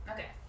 Okay